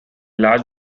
large